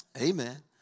amen